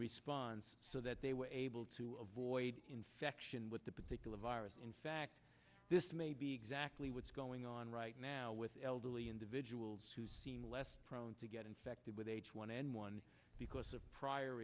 response so that they were able to avoid infection with that particular virus in fact this may be exactly what's going on right now with elderly individuals who seem less prone to get infected with h one n one because of prior